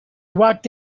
walked